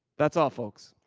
that's all, folks.